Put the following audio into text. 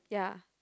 ya